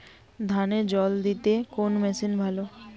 ধানে জল দিতে কোন মেশিন ভালো?